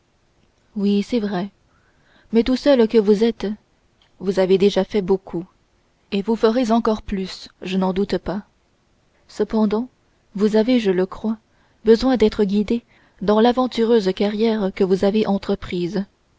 oui c'est vrai mais tout seul que vous êtes vous avez déjà fait beaucoup et vous ferez encore plus je n'en doute pas cependant vous avez je le crois besoin d'être guidé dans l'aventureuse carrière que vous avez entreprise